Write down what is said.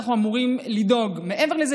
אנחנו אמורים לדאוג מעבר לזה.